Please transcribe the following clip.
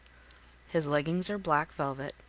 his leggings are black velvet,